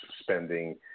spending